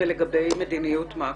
מה לגבי מדיניות מקרו?